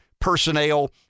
personnel